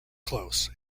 close